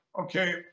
Okay